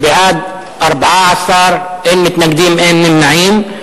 בעד, 14, אין מתנגדים, אין נמנעים.